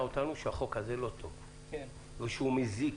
אותנו שהחוק הזה לא טוב ושהוא מזיק.